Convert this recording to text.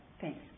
Thanks